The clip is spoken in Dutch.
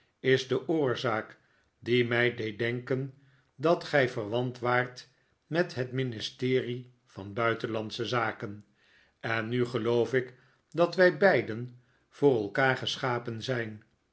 is de oorzak die mij deed denken dat gij verwant waart met het ministerie van buitenlandsche zaken en nu geloof ik dat wij beiden voor elkaar geschapen zijn